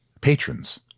patrons